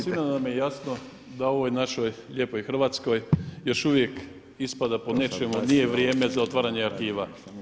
Sigurno nam je jasno da u ovoj našoj lijepoj Hrvatskoj još uvijek ispada po nečemu nije vrijeme za otvaranje arhiva.